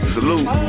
Salute